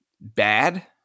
bad